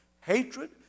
hatred